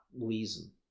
reason